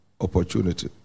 opportunity